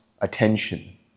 attention